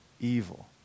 evil